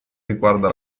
riguarda